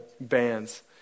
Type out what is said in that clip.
bands